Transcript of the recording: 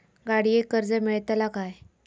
गाडयेक कर्ज मेलतला काय?